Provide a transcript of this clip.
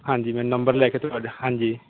ਹਾਂਜੀ ਮੈਨੂੰ ਨੰਬਰ ਲੈ ਕੇ ਤੁਹਾਡਾ ਹਾਂਜੀ